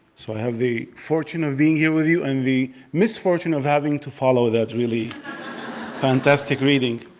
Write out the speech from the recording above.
so i have the fortune of being here with you, and the misfortune of having to follow that really fantastic reading.